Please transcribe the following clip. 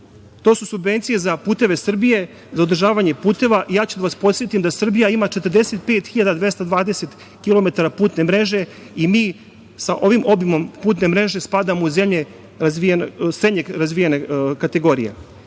To su subvencije za Puteve Srbije, za održavanje puteva i ja ću da vas podsetim da Srbija ima 45.220 kilometara putne mreže. Mi sa ovim obimom putne mreže spadamo u zemlje srednje razvijene kategorije.